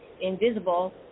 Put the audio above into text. invisible